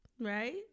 right